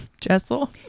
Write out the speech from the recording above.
jessel